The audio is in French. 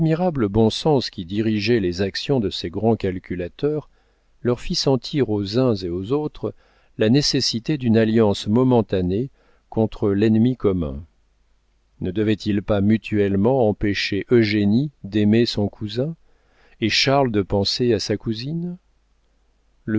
bon sens qui dirigeait les actions de ces grands calculateurs leur fit sentir aux uns et aux autres la nécessité d'une alliance momentanée contre l'ennemi commun ne devaient-ils pas mutuellement empêcher eugénie d'aimer son cousin et charles de penser à sa cousine